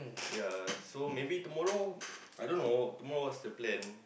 ya so maybe tomorrow I dunno tomorrow what's the plan